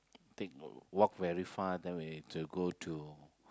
take walk very far then we to go to